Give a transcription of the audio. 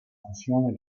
fusione